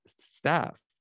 staff